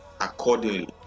accordingly